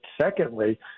secondly